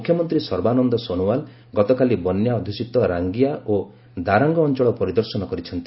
ମୁଖ୍ୟମନ୍ତ୍ରୀ ସର୍ବାନନ୍ଦ ସୋନୋୱାଲ୍ ଗତକାଲି ବନ୍ୟା ଅଧ୍ଯୁଷିତ ରାଙ୍ଗିଆ ଓ ଦାରାଙ୍ଗ ଅଞ୍ଚଳ ପରିଦର୍ଶନ କରିଛନ୍ତି